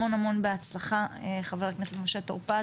המון המון בהצלחה, חבר הכנסת משה טור פז.